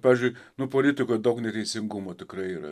pavyzdžiui nu politikoj daug neteisingumo tikrai yra